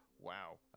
wow